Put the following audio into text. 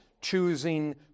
choosing